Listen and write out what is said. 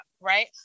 right